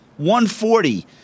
140